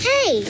Hey